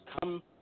come